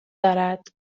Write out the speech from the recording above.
دارد